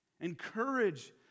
Encourage